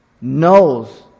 knows